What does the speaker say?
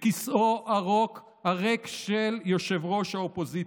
לכיסאו הריק של ראש האופוזיציה: